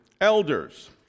elders